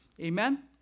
Amen